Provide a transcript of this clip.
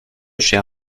cher